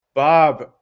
Bob